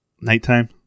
Nighttime